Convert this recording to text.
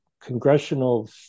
congressional